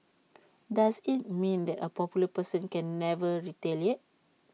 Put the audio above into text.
does IT mean that A popular person can never retaliate